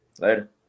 Later